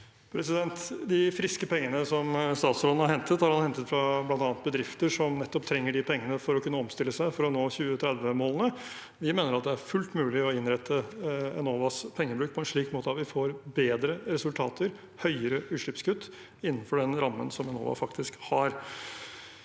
De friske pengene statsråden har hentet, har han hentet fra bl.a. bedrifter som nettopp trenger de pengene for å kunne omstille seg for å nå 2030-målene. Vi mener det er fullt mulig å innrette Enovas pengebruk på en slik måte at vi får bedre resultater, høyere utslippskutt, innenfor den rammen Enova faktisk har.